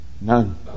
None